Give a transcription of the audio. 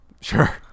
Sure